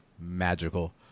magical